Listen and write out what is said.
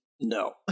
No